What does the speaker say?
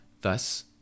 Thus